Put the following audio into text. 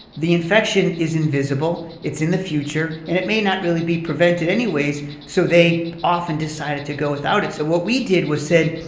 the infection is invisible. it's in the future, and it may not really be prevented anyways, so they often decided to go without it. so what we did was said,